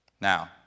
Now